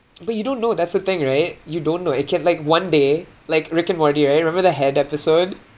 but you don't know that's the thing right you don't know it can like one day like rick and morty right remember the head episode